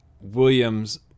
Williams